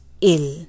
ill